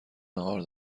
ناهار